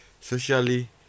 Socially